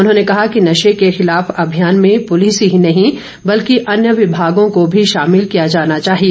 उन्होंने कहा कि नशे के खिलाफ अभियान में पुलिस ही नहीं बल्कि अन्य विभागों को भी शामिल किया जाना चाहिए